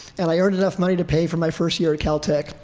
and i earned enough money to pay for my first year of caltech.